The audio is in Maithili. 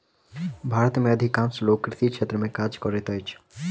भारत में अधिकांश लोक कृषि क्षेत्र में काज करैत अछि